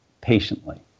patiently